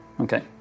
Okay